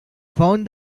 found